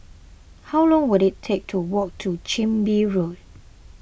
how long will it take to walk to Chin Bee Road